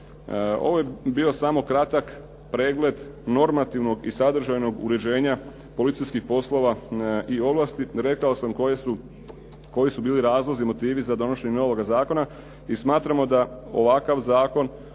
Ovo je bio samo kratak pregled normativnog i sadržajnog uređenja policijskih poslova i ovlasti. Rekao sam koje su bili razlozi i motivi za donošenje ovoga zakona i smatramo da ovakva zakon,